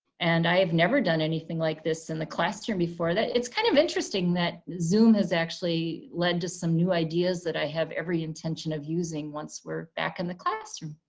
and i have never done anything like this in the classroom before. it's kind of interesting that zoom has actually led to some new ideas that i have every intention of using once we're back in the classroom.